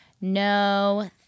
No